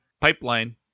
pipeline